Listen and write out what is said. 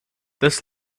this